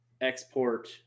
export